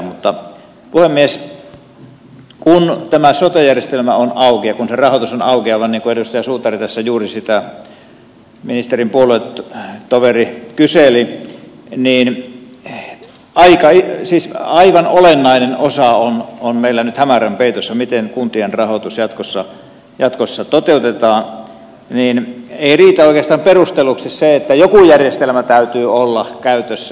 mutta puhemies kun tämä sote järjestelmä on auki ja kun sen rahoitus on auki aivan niin kuin edustaja suutari ministerin puoluetoveri tässä juuri sitä kyseli kun aivan olennainen osa on meillä nyt hämärän peitossa miten kuntien rahoitus jatkossa toteutetaan niin ei riitä oikeastaan perusteluksi se että joku järjestelmä täytyy olla käytössä